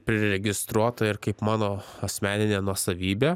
priregistruota ir kaip mano asmeninė nuosavybė